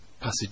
passage